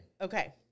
Okay